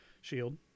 Shield